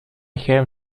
have